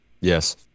Yes